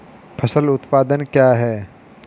फसल उत्पादन क्या है?